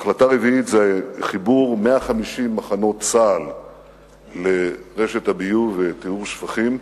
החלטה חמישית היא חיבור 150 מחנות צה"ל לרשת הביוב וטיהור השפכים.